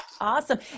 awesome